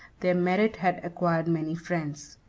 their merit had acquired many friends.